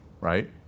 right